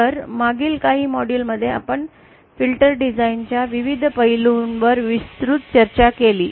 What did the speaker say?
तर मागील काही मॉड्यूलमध्ये आपण फिल्टर डिझाईन च्या विविध पैलूंवर विस्तृत चर्चा केली